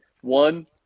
one